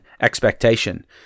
expectation